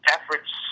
efforts